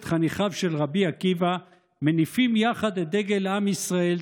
חניכיו של רבי עקיבא מניפים יחד את דגל עם ישראל,